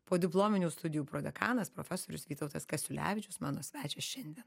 podiplominių studijų prodekanas profesorius vytautas kasiulevičius mano svečias šiandien